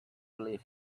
lives